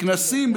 בכנסים,